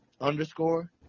underscore